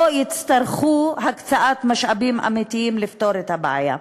יצטרכו הקצאת משאבים אמיתיים לפתור את הבעיה.